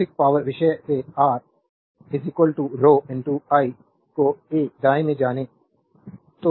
slide time देखें 0508 तो अपने संदर्भ टाइम 0509 भौतिकी पावरविषय से आर rho l को A दाएं से जानें